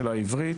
העברית.